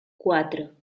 cuatro